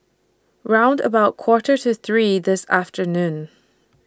round about Quarter to three This afternoon